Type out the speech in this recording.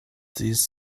these